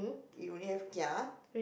you only have kia